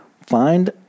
find